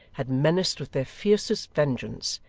had menaced with their fiercest vengeance,